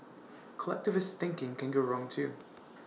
collectivist thinking can go wrong too